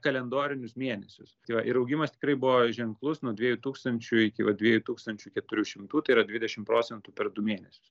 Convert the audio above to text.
kalendorinius mėnesius tai va ir augimas tikrai buvo ženklus nuo dviejų tūkstančių iki va dviejų tūkstančių keturių šimtų tai yra dvidešim procentų per du mėnesius